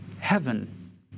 heaven